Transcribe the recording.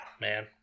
man